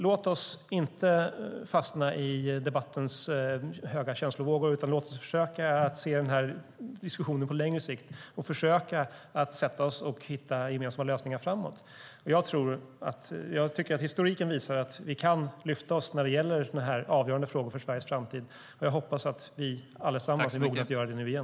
Låt oss inte fastna i debattens höga känslovågor, utan låt oss försöka se diskussionen på längre sikt och sätta oss och hitta gemensamma lösningar framåt. Jag tycker att historiken visar att vi kan lyfta oss när det gäller sådana här avgörande frågor för Sveriges framtid. Jag hoppas att vi allesammans är mogna att göra det nu igen.